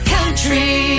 Country